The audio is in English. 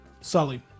sully